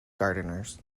gardeners